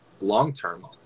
long-term